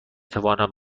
توانم